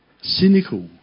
cynical